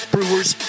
Brewers